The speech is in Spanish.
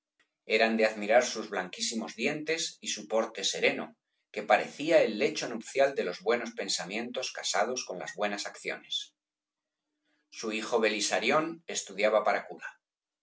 eran de admirar sus blanquísimos dientes y su porte sereno que parecía el lecho nupcial de los buenos pensamientos casados con las buenas acciones su hijo belisarión estudiaba para cura